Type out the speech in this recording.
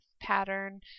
pattern